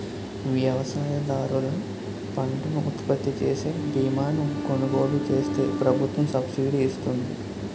వ్యవసాయదారులు పంటను ఉత్పత్తిచేసే బీమాను కొలుగోలు చేస్తే ప్రభుత్వం సబ్సిడీ ఇస్తుంది